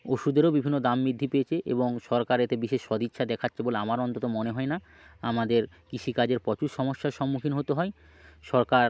ওষুধেরও বিভিন্ন দাম বৃদ্ধি পেয়েছে এবং সরকার এতে বিশেষ সদিচ্ছা দেখাচ্ছে বলে আমার অন্তত মনে হয় না আমাদের কৃষিকাজের প্রচুর সমস্যার সম্মুখীন হতে হয় সরকার